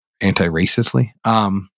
anti-racistly